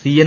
C N